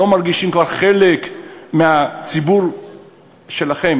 כבר לא מרגישים חלק מהציבור שלכם,